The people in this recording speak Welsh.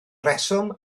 reswm